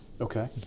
Okay